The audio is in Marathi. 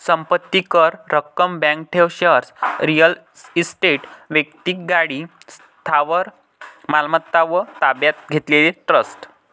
संपत्ती कर, रक्कम, बँक ठेव, शेअर्स, रिअल इस्टेट, वैक्तिक गाडी, स्थावर मालमत्ता व ताब्यात घेतलेले ट्रस्ट